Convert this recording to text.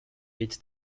its